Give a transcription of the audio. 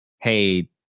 hey